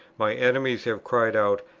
my enemies have cried out,